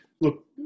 Look